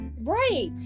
right